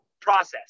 process